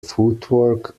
footwork